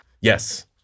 Yes